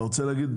אתה רוצה להגיד?